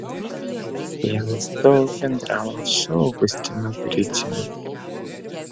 tėvas daug bendravo su augustinu griciumi